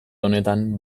honetan